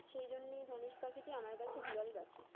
সেই জন্যে এই ধনেশ পাখিটি আমার কাছে বিরল পাখি